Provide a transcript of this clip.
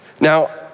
Now